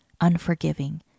unforgiving